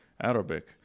Arabic